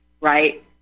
right